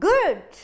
Good